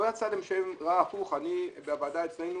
לוועדה שלנו,